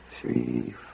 three